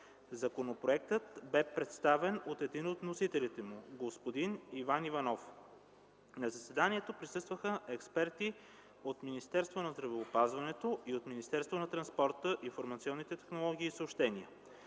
Законопроектът бе представен от един от вносителите му – господин Иван Иванов. На заседанието присъстваха експерти от Министерството на здравеопазването и от Министерството на транспорта, информационните технологии и съобщенията.